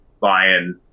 buying